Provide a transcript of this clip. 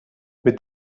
mit